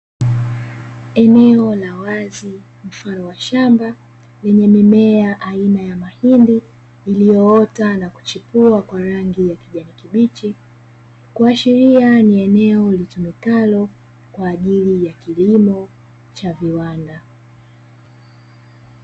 Eneo la wazi mfano wa shamba lenye mimea aina ya mahindi, iliyoota na kuchipua kwa rangi ya kijani kibichi. Kuashiria ni eneo litumikalo kwa ajili ya kilimo cha viwanda.